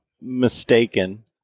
mistaken